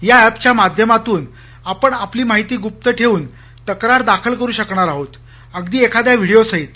या अँपच्या माध्यमातून आपण आपली माहिती गुप्त ठेवून तक्रार दाखल करू शकणार आहोत अगदी एखाद्या व्हिडीओसहित